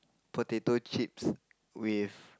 potato chips with